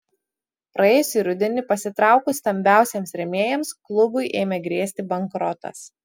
praėjusį rudenį pasitraukus stambiausiems rėmėjams klubui ėmė grėsti bankrotas